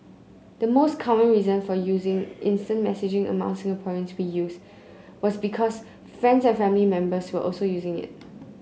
the most common reason for using instant messaging among Singaporeans was because friends and family members were also using it